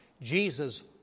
Jesus